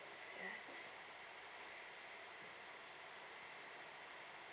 ya it's